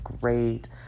great